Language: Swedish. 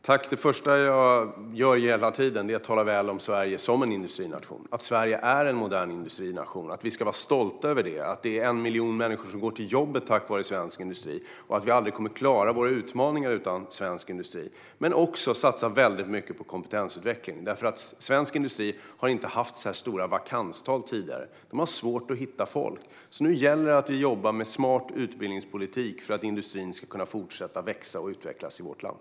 Herr talman! Det jag alltid gör är att tala väl om Sverige som industrination. Sverige är en modern industrination som vi ska vara stolta över. Det är 1 miljon människor som går till jobbet tack vare svensk industri, och vi kommer aldrig att klara våra utmaningar utan svensk industri. Vi satsar mycket på kompetensutveckling, för svensk industri har inte haft så här stora vakanstal tidigare. Man har svårt att hitta folk. Nu gäller det att jobba med smart utbildningspolitik så att industrin ska kunna fortsätta att växa och utvecklas i vårt land.